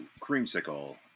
Creamsicle